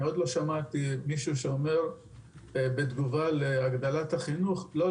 אני עוד לא שמעתי מישהו שאומר בתגובה להגדלת תקציב החינוך לא,